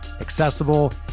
accessible